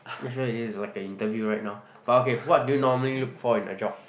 I feel like this is like a interview right now but okay but what do you normally look for in a job